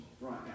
right